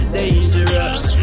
dangerous